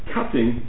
Cutting